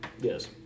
Yes